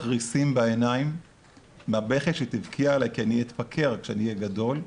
ריסים בעיניים מהבכי שתבכי עלי כי אני אתפקר כשאהיה גדול,